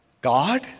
God